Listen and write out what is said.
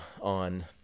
on